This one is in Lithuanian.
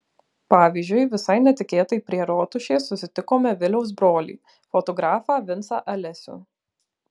pavyzdžiui visai netikėtai prie rotušės susitikome viliaus brolį fotografą vincą alesių